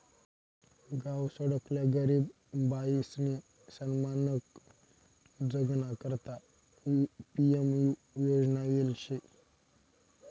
गावसकडल्या गरीब बायीसनी सन्मानकन जगाना करता पी.एम.यु योजना येल शे